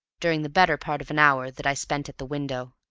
during the better part of an hour that i spent at the window.